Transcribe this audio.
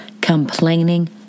Complaining